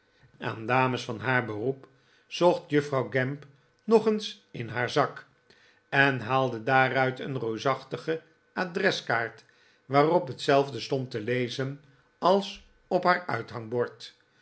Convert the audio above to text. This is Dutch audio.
aan dames van haar beroep zocht juffrouw gamp nog eens in haar zak en haalde daaruit een reusachtige adreskaart waarop hetzelfde stond te lezen als op haar uithangtaord